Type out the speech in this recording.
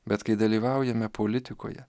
bet kai dalyvaujame politikoje